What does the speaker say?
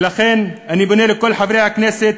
ולכן אני פונה לכל חברי הכנסת,